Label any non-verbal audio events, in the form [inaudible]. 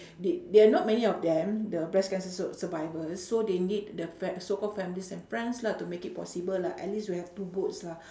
they there are not many of them the breast cancer sur~ survivors so they need the fa~ so-called families and friends lah to make it possible lah at least to have two boats lah [breath]